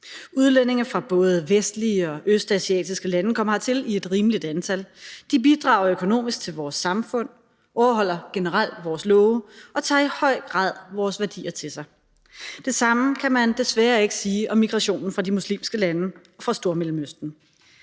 Udlændinge fra både vestlige og østasiatiske lande kommer hertil i et rimeligt antal. De bidrager økonomisk til vores samfund, overholder generelt vores love og tager i høj grad vores værdier til sig. Det samme kan man desværre ikke sige i forhold til migrationen fra de muslimske lande, fra Stormellemøsten.